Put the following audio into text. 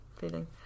feeling